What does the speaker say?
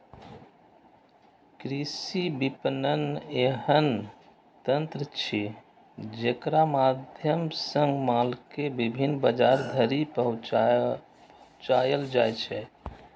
कृषि विपणन एहन तंत्र छियै, जेकरा माध्यम सं माल कें विभिन्न बाजार धरि पहुंचाएल जाइ छै